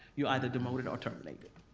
you're either demoted or terminated. it